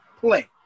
play